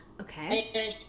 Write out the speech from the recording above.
okay